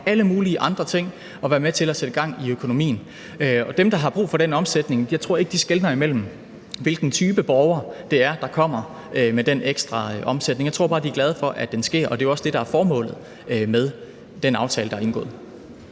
alle mulige andre ting og være med til at sætte gang i økonomien. Og dem, der har brug for den omsætning, tror jeg ikke skelner imellem, hvilken type borgere det er, der kommer med den ekstra omsætning. Jeg tror bare, de er glade for, at den kommer, og det er jo også det, der er formålet med den aftale, der er indgået.